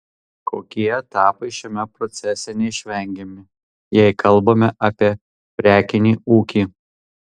kokie etapai šiame procese neišvengiami jei kalbame apie prekinį ūkį